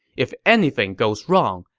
if anything goes wrong,